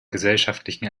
gesellschaftlichen